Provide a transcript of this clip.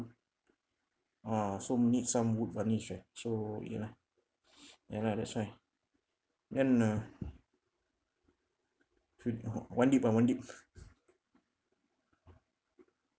ah so need some wood varnish ah so ya lah ya lah that's why then uh few one dip ah one dip